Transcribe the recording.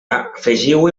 afegiu